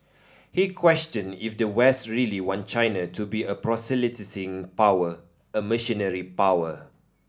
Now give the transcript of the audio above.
he questioned if the west really want China to be a proselytising power a missionary power